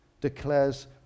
declares